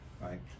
Right